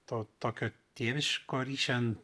to tokio tėviško ryšio